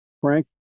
frank